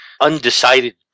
undecided